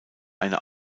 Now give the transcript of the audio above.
eine